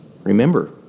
Remember